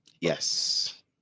Yes